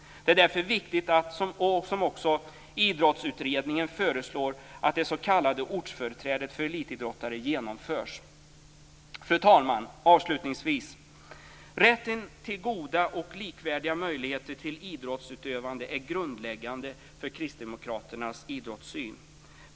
Det är därför viktigt att, vilket också Fru talman! Avslutningsvis: Rätten till goda och likvärdiga möjligheter till idrottsutövande är grundläggande för kristdemokraternas idrottssyn.